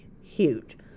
huge